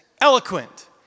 eloquent